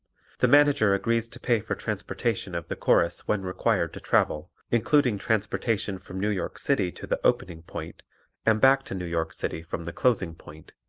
the manager agrees to pay for transportation of the chorus when required to travel, including transportation from new york city to the opening point and back to new york city from the closing point,